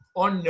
on